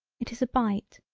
it is a bite.